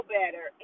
better